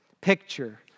picture